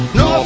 No